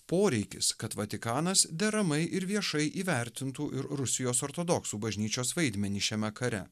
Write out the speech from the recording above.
poreikis kad vatikanas deramai ir viešai įvertintų ir rusijos ortodoksų bažnyčios vaidmenį šiame kare